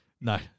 no